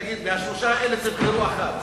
נגיד: מהשלושה האלה תבחרו אחד.